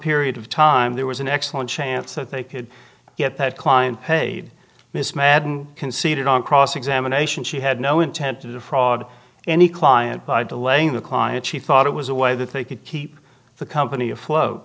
period of time there was an excellent chance that they could get that client paid miss madden conceded on cross examination she had no intent to defraud any client by delaying the client she thought it was a way that they could keep the company afloat